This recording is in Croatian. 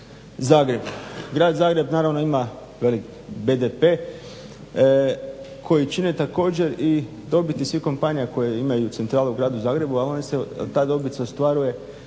Zagrebu. Grad Zagreb naravno ima velik BDP koji čine također i dobiti svih kompanija koje imaju centrale u Gradu Zagrebu, a ta dobit se ostvaruje